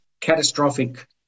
catastrophic